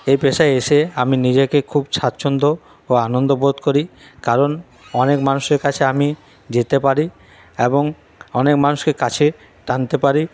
এই পেশায় এসে আমি নিজেকে খুব স্বাচ্ছন্দ্য ও আনন্দ বোধ করি কারণ অনেক মানুষের কাছে আমি যেতে পারি এবং অনেক মানুষকে কাছে টানতে পারি